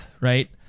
right